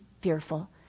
fearful